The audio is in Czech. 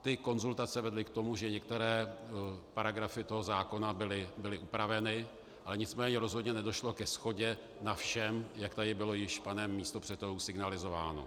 Tyto konzultace vedly k tomu, že některé paragrafy zákona byly upraveny, ale nicméně nedošlo ke shodě na všem, jak tady bylo již panem místopředsedou signalizováno.